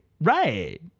Right